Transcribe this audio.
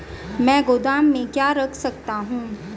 मैं गोदाम में क्या क्या रख सकता हूँ?